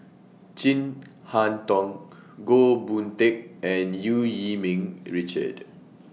Chin Harn Tong Goh Boon Teck and EU Yee Ming Richard